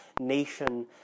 nation